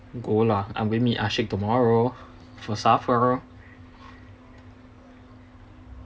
go lah I going to meet aashiq tomorrow for supper